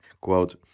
Quote